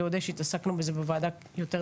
אתה יודע שהתעסקנו עם זה בוועדה יותר משנה,